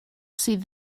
sydd